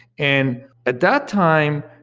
and at that time,